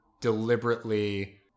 deliberately